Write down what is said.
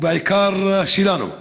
ובעיקר שלנו.